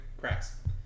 cracks